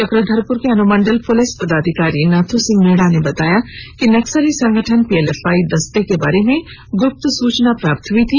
चक्रधरपुर के अनुमंडल पुलिस पदाधिकारी नाथू सिंह मीणा ने बताया कि नक्सली संगठन पीएलएफआई दस्ता के बारे में गुप्त सूचना प्राप्त हुई थी